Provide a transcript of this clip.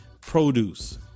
produce